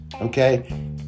okay